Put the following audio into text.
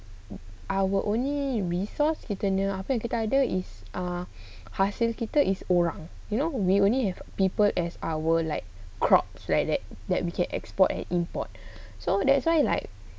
our only resource kita punya apa kita ada is ah hasil kita is orang you know we only have people that I would like crops like that that we can export and import so that's why like